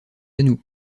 nous